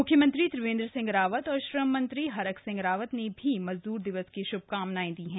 मुख्यमंत्री त्रिवेंद्र सिंह रावत और श्रम मंत्री हरक सिंह रावत ने भी मजदूर दिवस की श्भकामनाएं दीं है